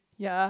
yea